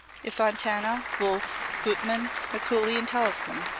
if fontana, wolff, gutmann, mikuli and tellefsen,